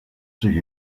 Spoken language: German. sich